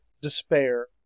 despair